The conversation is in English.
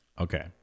okay